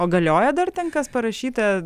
o galioja dar ten kas parašyta